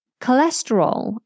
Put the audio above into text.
Cholesterol